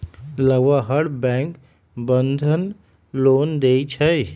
लगभग हर bank Bandhan loan देई छई